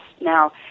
Now